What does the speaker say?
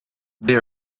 they